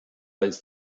ist